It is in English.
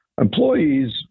employees